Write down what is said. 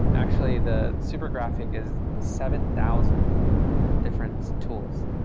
actually, the super graphic is seven thousand different tools.